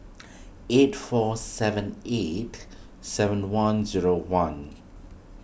eight four seven eight seven one zero one